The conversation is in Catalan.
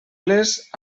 les